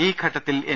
ഈ ഘട്ടത്തിൽ എൻ